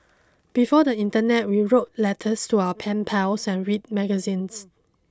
before the internet we wrote letters to our pen pals and read magazines